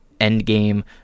endgame